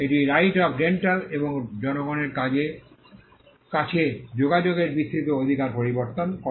এটি right of rental এবং জনগণের কাছে যোগাযোগের বিস্তৃত অধিকার প্রবর্তন করে